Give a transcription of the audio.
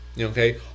Okay